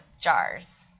jars